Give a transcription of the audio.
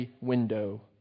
window